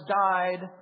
died